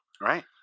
Right